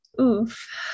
Oof